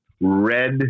red